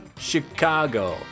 Chicago